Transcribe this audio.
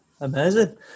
Amazing